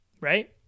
right